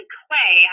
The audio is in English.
clay